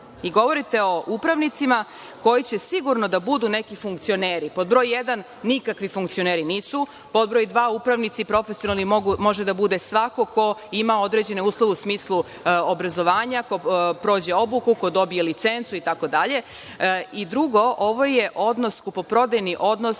govorite o upravnicima koji će sigurno da budu neki funkcioneri. Pod broj jedan nikakvi funkcioneri nisu, pod broj dva, profesionalni upravnici mogu da budu svi koji imaju određene uslove u smislu obrazovanja, ko prođe obuku, ko dobije licencu itd. Ovo je kupoprodajni odnos,